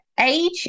Age